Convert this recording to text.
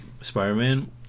Spider-Man